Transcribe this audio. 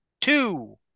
two